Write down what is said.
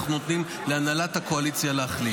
אנחנו נותנים להנהלת הקואליציה להחליט.